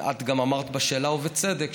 את גם אמרת בשאלה, ובצדק,